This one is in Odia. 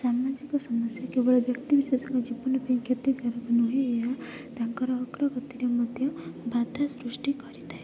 ସାମାଜିକ ସମସ୍ୟା କେବଳ ବ୍ୟକ୍ତି ବିଶେଷଙ୍କ ଜୀବନ ପାଇଁ କ୍ଷତିକାରକ ନୁହେଁ ଏହା ତାଙ୍କର ଅଗ୍ରଗତିରେ ମଧ୍ୟ ବାଧା ସୃଷ୍ଟି କରିଥାଏ